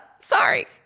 Sorry